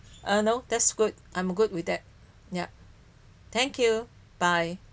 uh no that's good I'm good with that yup thank you bye